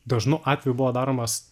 dažnu atveju buvo daromas